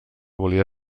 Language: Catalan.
volia